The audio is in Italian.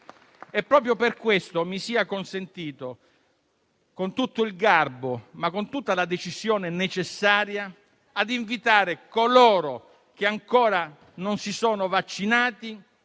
Proprio per questo mi sia consentito, con tutto il garbo, ma con tutta la decisione necessaria, di invitare coloro che ancora non si sono vaccinati